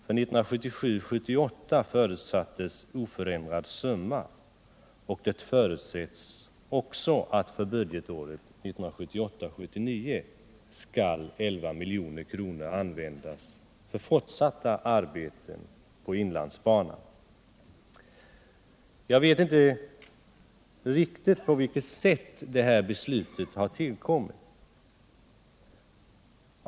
För 1977 79 skall 11 milj.kr. användas för fortsatta arbeten på inlandsbanan. Jag vet inte riktigt på vilket sätt det här beslutet har tillkommit.